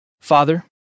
Father